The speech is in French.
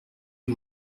que